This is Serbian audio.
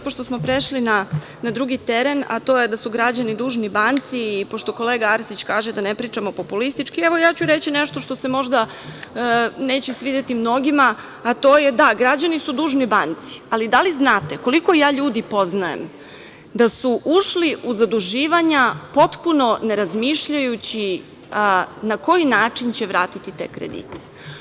Pošto smo prešli na drugi teren, a to je da su građani dužni banci i pošto kolega Arsić kaže da ne pričamo populistički, evo, ja ću reći nešto što se možda neće svideti mnogima, a to je da, građani su dužni banci, ali da li znate koliko ja ljudi poznajem da su ušli u zaduživanja potpuno ne razmišljajući na koji način će vratiti te kredite?